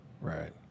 Right